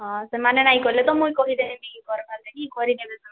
ହଁ ସେମାନେ ନାଇ କଲେ ତ ମୁଇଁ କହିଦେମି କର୍ବାର୍ ଲାଗି କରିଦେବେ ସେମାନେ ଜଲ୍ଦି